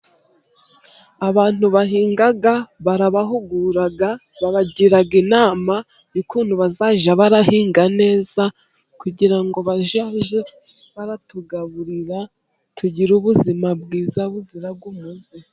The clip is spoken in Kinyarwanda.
Abantu bahinga barabahugura, babagira inama y'ukuntu bazajya bahinga neza, kugira ngo bazajye batugaburira tugire ubuzima bwiza, buzira umuze.